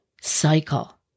cycle